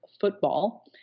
football